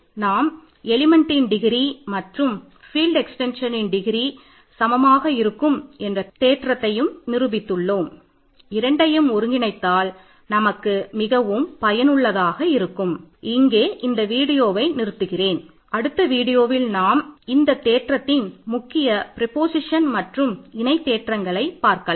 நாம் டிகிரி நாம் இந்த தேற்றத்தின் முக்கிய ப்ரெபொசிஷன் மற்றும் இணை தேற்றங்களை பார்க்கலாம்